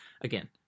again